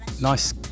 Nice